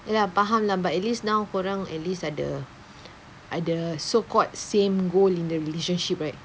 ya lah faham lah but at least now kau orang at least ada ada so called same goal in the relationship right